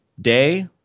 day